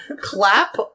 Clap